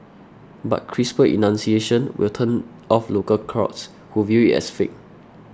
but crisper enunciation will turn off local crowds who view it as fake